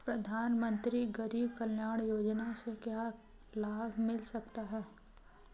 प्रधानमंत्री गरीब कल्याण योजना से क्या लाभ मिल सकता है?